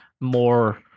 more